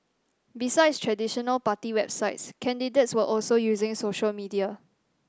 besides traditional party websites candidates were also using social media